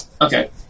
Okay